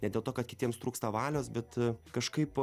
ne dėl to kad kitiems trūksta valios bet kažkaip